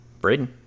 Braden